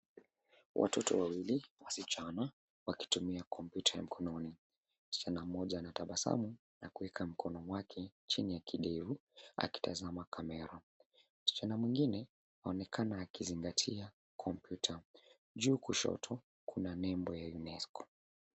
Watoto wawili wasichana, wakitumia kompyuta ya mkononi. Msichana mmoja ana tabasamu na kuweka mkono wake chini ya kidevu akitazama kamera. Msichana mwingine anaonekana akizingatia kompyuta. Juu kushoto kuna nembo ya UNESCO.